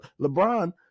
LeBron